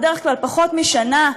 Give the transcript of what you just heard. בדרך כלל פחות משנה,